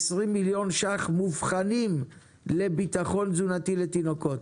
20 מיליון ₪ מובחנים לביטחון תזונתי לתינוקות.